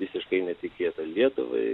visiškai netikėta lietuvai